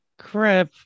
crap